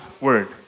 word